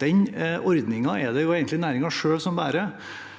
den ordningen er det egentlig næringen selv som bærer.